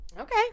Okay